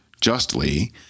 justly